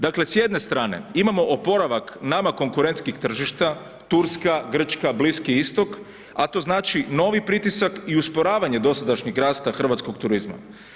Dakle s jedne strane, imam oporavak nama konkurentskih tržišta, Turska, Grčka, Bliski istok a to znači novi pritisak i usporavanje dosadašnjeg rasta hrvatskog turizma.